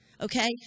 Okay